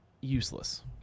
useless